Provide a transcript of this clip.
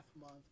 Month